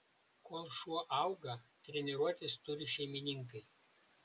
kol šuo auga treniruotis turi šeimininkai